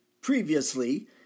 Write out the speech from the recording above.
Previously